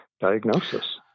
diagnosis